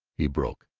he broke.